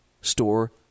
store